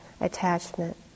attachment